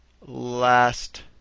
last